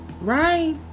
right